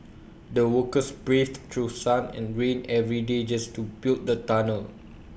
the workers braved through sun and rain every day just to build the tunnel